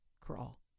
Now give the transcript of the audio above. Crawl